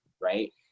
right